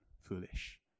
foolish